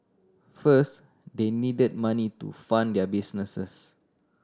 first they needed money to fund their businesses